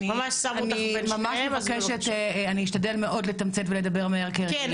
אני אשתדל מאוד לתמצת ולדבר --- אני